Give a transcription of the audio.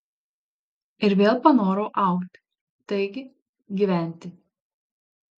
ir vėl panorau augti taigi gyventi